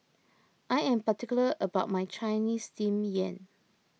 I am particular about my Chinese Steamed Yam